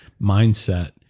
mindset